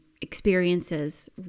experiences